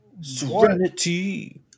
Serenity